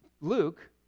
Luke